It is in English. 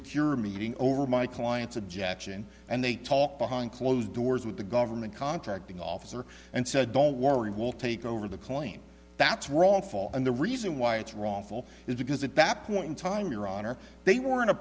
to cure a meeting over my client's objection and they talked behind closed doors with the government contracting officer and said don't worry we'll take over the claim that's wrongful and the reason why it's wrongful is because it back point in time your honor they were